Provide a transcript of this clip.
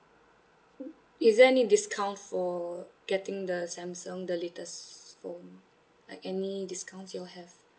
is there any discounts for getting the samsung the latest phone like any discounts you all have